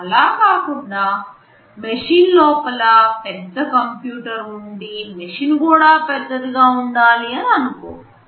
అలా కాకుండా మిషన్ లోపల ఒక పెద్ద కంప్యూటర్ ఉండి మెషిన్ కూడా పెద్దదిగా ఉండాలి అనుకోము